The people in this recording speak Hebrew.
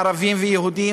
ערבים ויהודים,